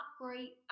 great